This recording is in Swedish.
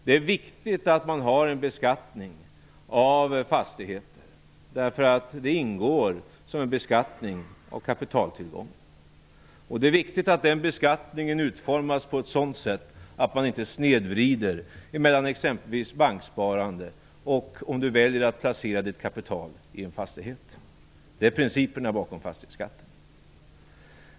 Det är viktigt att man har en beskattning av fastigheter, därför att det ingår som en beskattning av kapitaltillgångar. Det är viktigt att den beskattningen utformas på ett sådant sätt att man inte snedvrider förhållandet mellan exempelvis banksparande och placering av kapital i en fastighet. Det är principerna bakom fastighetsskatten.